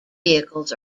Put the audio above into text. vehicles